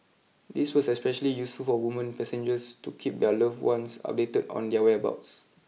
this was especially useful for women passengers to keep their loved ones updated on their whereabouts